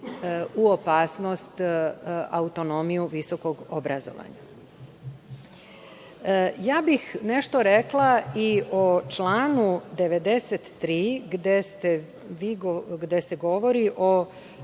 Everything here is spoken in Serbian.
u opasnost autonomiju visokog obrazovanja. Rekla bih nešto i o članu 93. gde se govori o